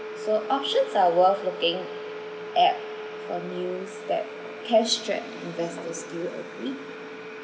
so options are worth looking at from news that cash strapped investor I would still agree